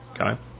Okay